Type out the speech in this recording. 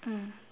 mm